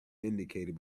indicator